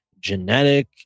genetic